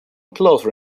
closer